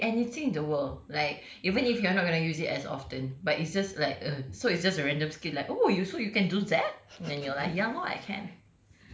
it could be anything in the world like even if you're not going to use it as often but it's just like uh so it's just a random skill like oh you so you can do that then you're like ya lor I can